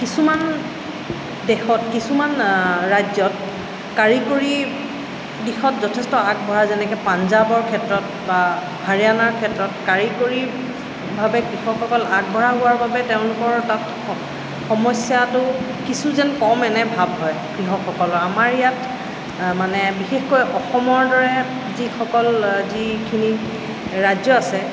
কিছুমান দেশত কিছুমান ৰাজ্যত কাৰিকৰী দিশত যথেষ্ট আগবঢ়া যেনেকৈ পাঞ্জাৱৰ ক্ষেত্ৰত বা হাৰিয়ানাৰ ক্ষেত্ৰত কাৰিকৰীভাৱে কৃষকসকল আগবঢ়া হোৱাৰ বাবে তেওঁলোকৰ তাত সমস্যাটো কিছু যেন কম এনে ভাৱ হয় কৃষকসকলৰ আমাৰ ইয়াত মানে বিশেষকৈ অসমৰ দৰে যিসকল যিখিনি ৰাজ্য আছে